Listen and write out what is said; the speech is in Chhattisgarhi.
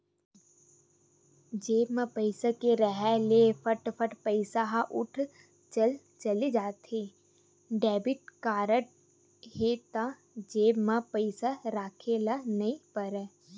जेब म पइसा के रेहे ले फट फट पइसा ह उठत चले जाथे, डेबिट कारड हे त जेब म पइसा राखे ल नइ परय